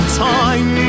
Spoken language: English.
time